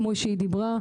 כפי שהם אמרו,